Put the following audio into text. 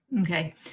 Okay